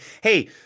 Hey